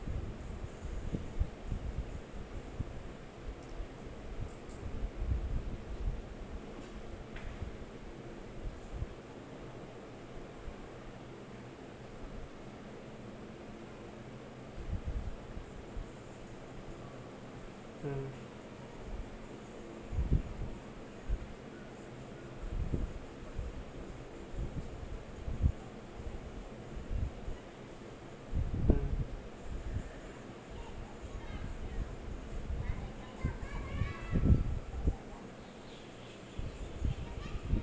mm mm